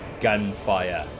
gunfire